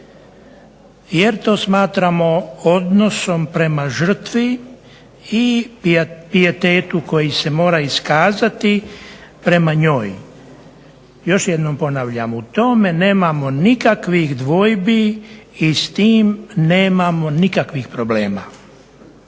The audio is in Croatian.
jer to smatramo odnosom prema žrtvi i pijetetu koji se mora iskazati prema njoj. Još jednom ponavljam, u tome nemamo nikakvih dvojbi i s tim nemamo nikakvih problema.